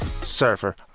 Surfer